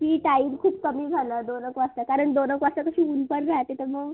ही time खूप कमी झाला दोन एक वाजता कारण दोन एक वाजता तसं ऊनपण राहते तर मग